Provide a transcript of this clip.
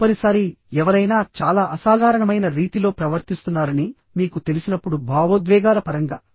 తదుపరిసారి ఎవరైనా చాలా అసాధారణమైన రీతిలో ప్రవర్తిస్తున్నారని మీకు తెలిసినప్పుడు భావోద్వేగాల పరంగా